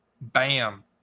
bam